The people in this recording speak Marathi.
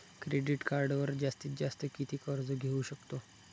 क्रेडिट कार्डवर जास्तीत जास्त किती कर्ज घेऊ शकतो?